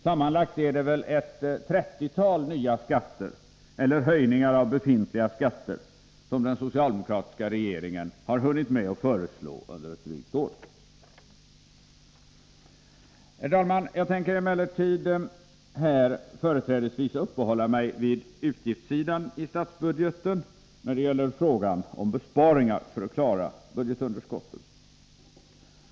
Sammanlagt är det väl ett trettiotal nya skatter eller höjningar av befintliga skatter som den socialdemokratiska regeringen har hunnit med att föreslå under ett drygt år. Herr talman! Jag tänker här företrädesvis uppehålla mig vid utgiftssidan i statsbudgeten, vid frågan om besparingar för att klara budgetunderskottet.